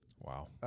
Wow